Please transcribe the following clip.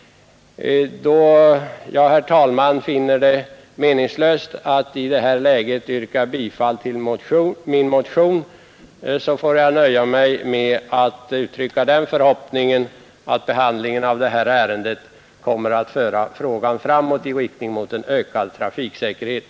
Då jag, herr talman, finner det meningslöst att yrka bifall till min motion, får jag nöja mig med att uttrycka den förhoppningen att behandlingen av detta ärende kommer att föra frågan framåt i riktning mot en ökad trafiksäkerhet.